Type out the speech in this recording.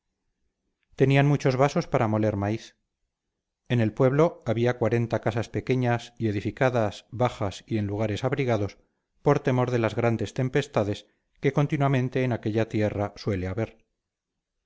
tenían muchos vasos para moler maíz en el pueblo había cuarenta casas pequeñas y edificadas bajas y en lugares abrigados por temor de las grandes tempestades que continuamente en aquella tierra suele haber